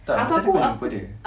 tak macam mana kau jumpa dia